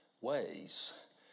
ways